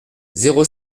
zéro